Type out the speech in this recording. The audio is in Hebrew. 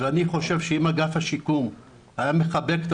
ואני חושב שאם אגף השיקום היה מחבק את